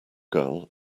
girl